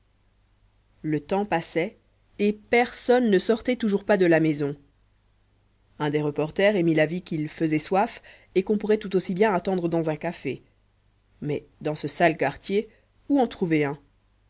le temps passait et personne ne sortait toujours pas de la maison un des reporters émit l'avis qu'il faisait soif et qu'on pourrait tout aussi bien attendre dans un café mais dans ce sale quartier où en trouver un